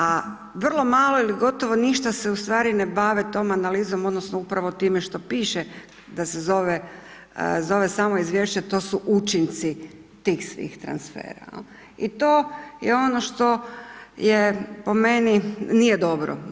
A vrlo malo ili gotovo ništa se ustvari ne bave tom analizom, odnosno, upravo time što piše da se zove samo izvješće, to su učinci tih svih transfera i to je ono što po meni nije dobro.